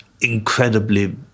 incredibly